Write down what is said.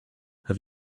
have